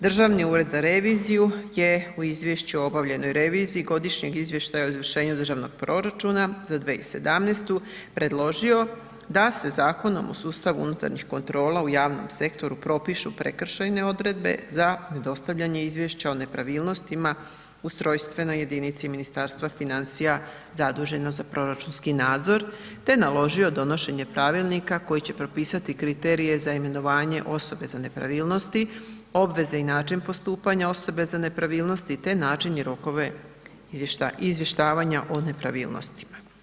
Državni ured za reviziju je u izvješću o obavljenoj reviziji godišnjeg izvještaja o izvršenju državnog proračuna za 2017. predložio da se Zakonom o sustavu unutarnjih kontrola u javnom sektoru propišu prekršajne odredbe za nedostavljanje izvješća o nepravilnostima ustrojstvenoj jedinici Ministarstva financija zaduženo za proračunski nadzor te naloži donošenje pravilnika koji će propisati kriterije za imenovanje osobe za nepravilnosti, obveze i način postupanja osobe za nepravilnosti te način, rokove i izvještavanja o nepravilnostima.